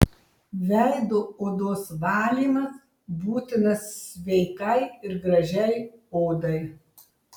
veido odos valymas būtinas sveikai ir gražiai odai